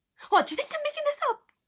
or do you think i'm making this up?